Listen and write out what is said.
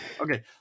Okay